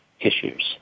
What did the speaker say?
issues